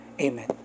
Amen